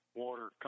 water